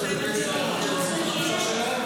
ברגע שיצאו לפנסיה ויוצאים לחופשה שלהם,